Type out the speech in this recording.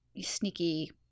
sneaky